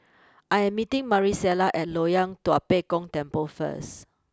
I am meeting Marisela at Loyang Tua Pek Kong Temple first